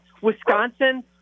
Wisconsin